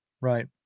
right